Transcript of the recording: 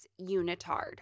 unitard